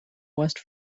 west